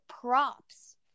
props